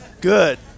good